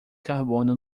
carbono